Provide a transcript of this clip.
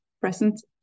present